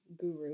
guru